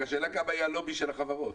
רק השאלה כמה יהיה הלובי של החברות.